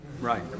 Right